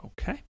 Okay